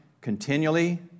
continually